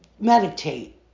meditate